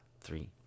Three